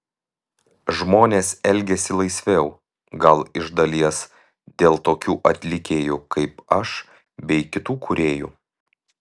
žmonės elgiasi laisviau gal iš dalies dėl tokių atlikėjų kaip aš bei kitų kūrėjų